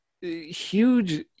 huge